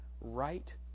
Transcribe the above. Right